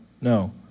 no